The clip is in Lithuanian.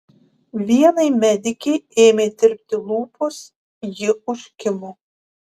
vienai medikei ėmė tirpti lūpos ji užkimo